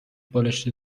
بالشت